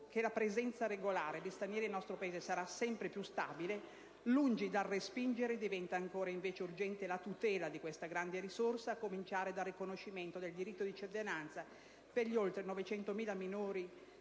che la presenza regolare di stranieri nel nostro Paese sarà sempre più stabile, lungi dal respingere, diventa invece urgente la tutela di questa grande risorsa, a cominciare dal riconoscimento del diritto di cittadinanza per gli oltre 900.000 minori